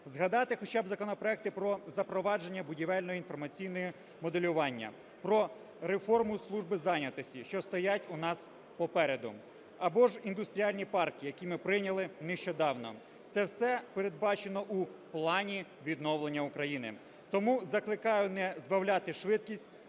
Згадайте хоча б законопроекти про запровадження будівельно-інформаційного моделювання, про реформу служби зайнятості, що стоять у нас попереду, або ж індустріальні парки, які ми прийняли нещодавно. Це все передбачено у плані відновлення України. Тому закликаю не збавляти швидкість,